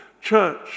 church